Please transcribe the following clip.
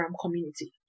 community